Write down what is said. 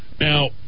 Now